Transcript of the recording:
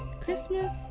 Christmas